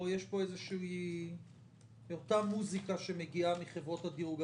או שיש כאן אותה מוזיקה שמגיעה מחברות הדירוג?